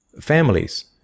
Families